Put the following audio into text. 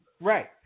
Right